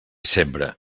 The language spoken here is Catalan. sembra